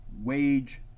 wage